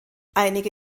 einige